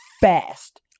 Fast